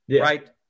right